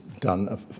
done